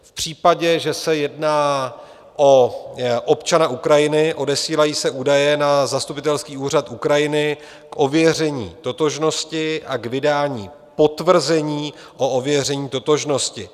V případě, že se jedná o občana Ukrajiny, odesílají se údaje na zastupitelský úřad Ukrajiny k ověření totožnosti a k vydání potvrzení o ověření totožnosti.